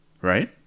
right